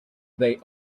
they